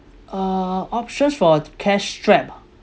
uh options for cash strapped ah